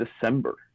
December